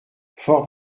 fort